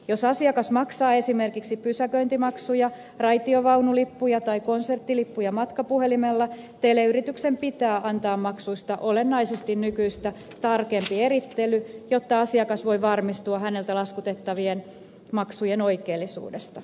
jos asiakas maksaa esimerkiksi pysäköintimaksuja raitiovaunulippuja tai konserttilippuja matkapuhelimella teleyrityksen pitää antaa maksuista olennaisesti nykyistä tarkempi erittely jotta asiakas voi varmistua häneltä laskutettavien maksujen oikeellisuudesta